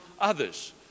others